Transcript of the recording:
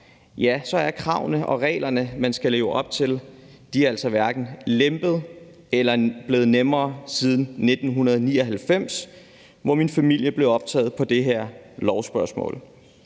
krav, så er kravene og reglerne, man skal leve op til, hverken lempet eller blevet nemmere siden 1999, hvor min familie blev optaget på et sådan lovforslag.